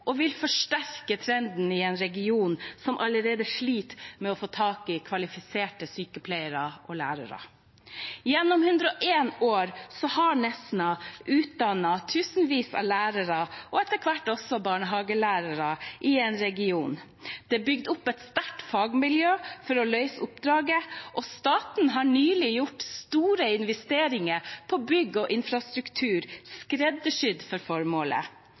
og som vil forsterke trenden i en region som allerede sliter med å få tak i kvalifiserte sykepleiere og lærere. Gjennom 101 år har Nesna utdannet tusenvis av lærere, og etter hvert også barnehagelærere, i regionen. Det er bygd opp et sterkt fagmiljø for å løse oppdraget, og staten har nylig gjort store investeringer på bygg og infrastruktur skreddersydd for formålet.